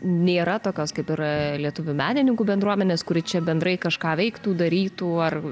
nėra tokios kaip ir lietuvių menininkų bendruomenės kuri čia bendrai kažką veiktų darytų ar